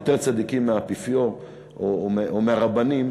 יותר צדיקים מהאפיפיור או מהרבנים,